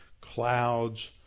clouds